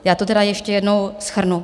Já to tedy ještě jednou shrnu.